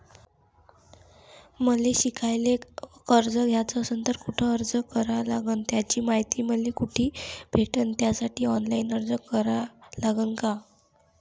मले शिकायले कर्ज घ्याच असन तर कुठ अर्ज करा लागन त्याची मायती मले कुठी भेटन त्यासाठी ऑनलाईन अर्ज करा लागन का?